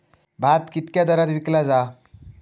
भात कित्क्या दरात विकला जा?